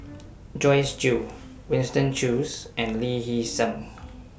Joyce Jue Winston Choos and Lee Hee Seng